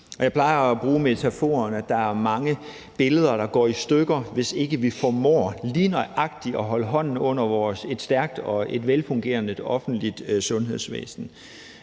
jeg plejer at bruge metaforen, at der er mange billeder, der går i stykker, hvis ikke vi formår lige nøjagtig at holde hånden under et stærkt og velfungerende offentligt sundhedsvæsen.